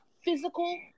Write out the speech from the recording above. physical